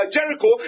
Jericho